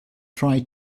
try